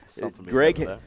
Greg